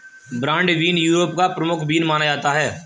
broad bean Europe का प्रमुख bean माना जाता है